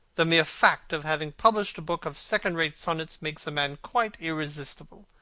the mere fact of having published a book of second-rate sonnets makes a man quite irresistible.